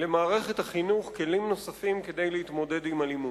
למערכת החינוך כלים נוספים כדי להתמודד עם אלימות.